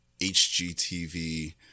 HGTV